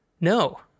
No